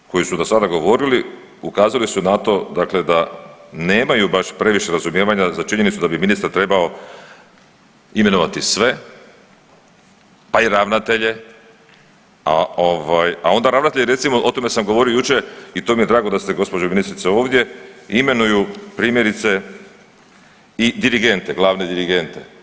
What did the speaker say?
Svi koji su dosada govorili ukazali su na to dakle da nemaju baš previše razumijevanja za činjenicu da bi ministar trebao imenovati sve, pa i ravnatelje, a ovaj, a onda ravnatelji recimo o tome sam govorio jučer i to mi je drago da ste gospođo ministrice ovdje imenuju primjerice i dirigente, glavne dirigente.